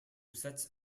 sets